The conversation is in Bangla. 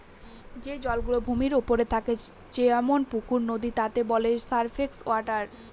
যে জল গুলো ভূমির ওপরে থাকে যেমন পুকুর, নদী তাকে বলে সারফেস ওয়াটার